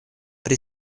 pri